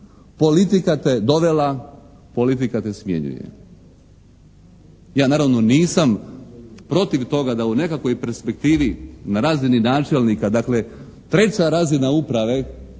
"politika te dovela, politika te smjenjuje". Ja naravno nisam protiv toga da u nekakvoj perspektivi na razini načelnika, dakle treća razina uprave